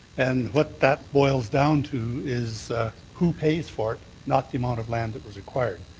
and what that boils down to is who pays for it, not the amount of land that was required.